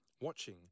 watching